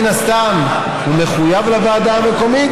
שהוא מן הסתם מחויב לוועדה המקומית.